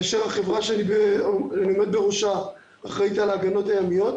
כאשר החברה שאני עומד בראשה אחראית על ההגנות הימיות,